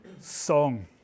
song